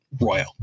Royal